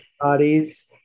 bodies